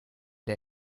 der